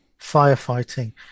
firefighting